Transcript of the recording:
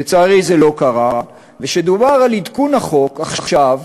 לצערי, זה לא קרה, וכשדובר על עדכון החוק עכשיו,